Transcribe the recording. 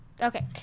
Okay